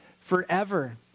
forever